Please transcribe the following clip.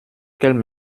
qu’elles